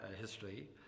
history